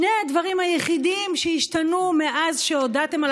שני הדברים היחידים שהשתנו מאז שהודעתם על